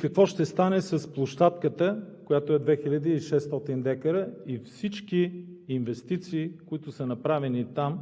Какво ще стане с площадката, която е 2 хиляди и 600 декара и всички инвестиции, които са направени там,